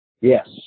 Yes